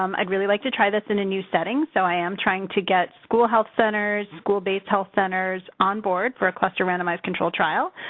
um i'd really like to try this in a new setting. so, i am trying to get school health centers, school-based health centers onboard for a cluster-randomized controlled trial.